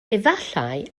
efallai